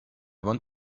want